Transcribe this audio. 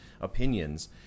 opinions